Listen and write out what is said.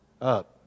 up